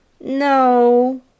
No